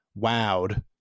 wowed